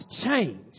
change